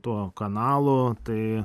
to kanalu tai